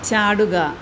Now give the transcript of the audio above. ചാടുക